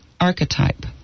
archetype